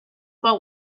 but